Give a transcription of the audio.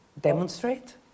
demonstrate